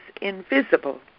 invisible